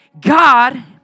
God